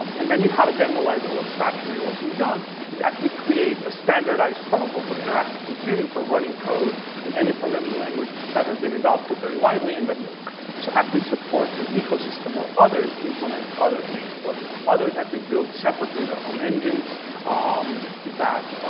um and then you have a generalizable abstraction. and what we've done is actually create a standardized protocol for interactive computing for running code in any programming language that has been adopted very widely and that so actually supports an ecosystem where others implement other things, where others actually build separately their own engines um that